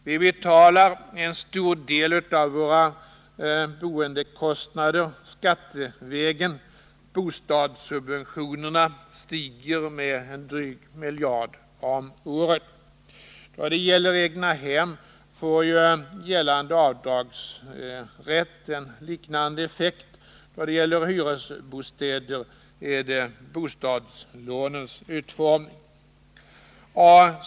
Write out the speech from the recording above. Vi betalar en stor del av våra boendekostnader skattevägen — bostadssubventionerna stiger med en dryg miljard om året. Då det gäller egnahem får gällande avdragsrätt en liknande effekt, och då det gäller hyresbostäder bostadslånens utformning.